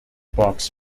box